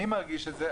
מי מרגיש את זה?